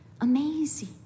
amazing